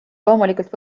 loomulikult